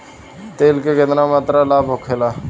तेल के केतना मात्रा लाभ होखेला?